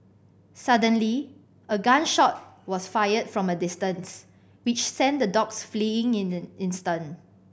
suddenly a gun shot was fired from a distance which sent the dogs fleeing in an instant